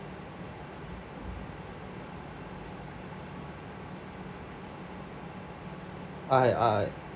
I uh